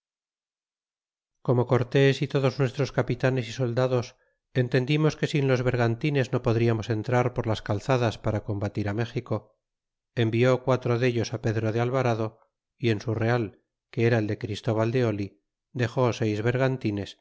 corno cortés y todos nuestros capitanes y soldados entendimos que sin los bergantines no podriamos entrar portas calzadas para combatir a méxico envió pairo dellos a pedro de alvarado y en su real que era el de christóbal de oh dexó seis